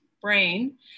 brain